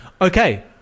Okay